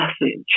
message